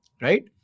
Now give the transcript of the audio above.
Right